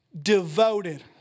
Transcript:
devoted